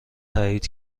تأیید